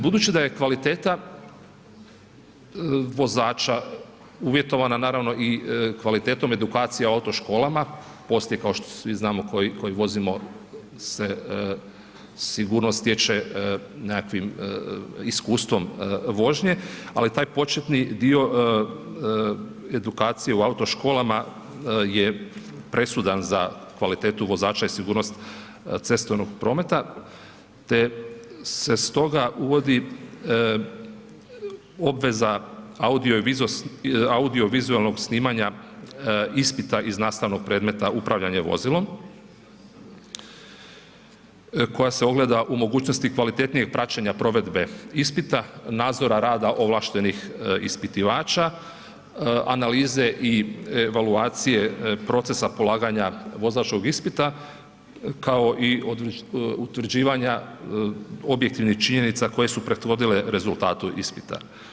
Budući da je kvaliteta vozača uvjetovana naravno i kvalitetom edukacija u auto školama postoje kao što svi znamo koji vozimo se sigurnost stječe nekakvim iskustvom vožnje, ali taj početni dio edukacije u auto školama je presudan za kvalitetu vozača i sigurnost cestovnog prometa te se stoga uvodi obveza audio vizualnog snimanja ispita iz nastavnog predmeta upravljanje vozilom koja se ogleda u mogućnosti kvalitetnijeg praćenja provedbe ispita, nadzora rada ovlaštenih ispitivača, analize i evaluacije procesa polaganja vozačkog ispita kao i utvrđivanja objektivnih činjenica koje su prethodile rezultatu ispita.